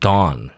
Dawn